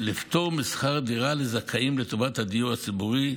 משכר דירה לזכאים לטובת דיירי הדיור הציבורי